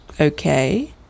Okay